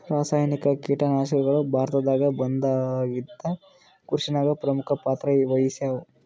ರಾಸಾಯನಿಕ ಕೀಟನಾಶಕಗಳು ಭಾರತದಾಗ ಬಂದಾಗಿಂದ ಕೃಷಿನಾಗ ಪ್ರಮುಖ ಪಾತ್ರ ವಹಿಸ್ಯಾವ